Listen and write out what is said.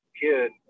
kid